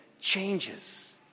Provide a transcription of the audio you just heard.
changes